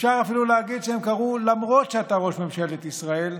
אפשר אפילו להגיד שהם קרו למרות שאתה ראש ממשלת ישראל,